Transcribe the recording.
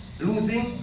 Losing